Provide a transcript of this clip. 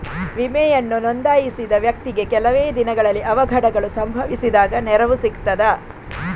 ವಿಮೆಯನ್ನು ನೋಂದಾಯಿಸಿದ ವ್ಯಕ್ತಿಗೆ ಕೆಲವೆ ದಿನಗಳಲ್ಲಿ ಅವಘಡಗಳು ಸಂಭವಿಸಿದಾಗ ನೆರವು ಸಿಗ್ತದ?